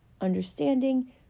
understanding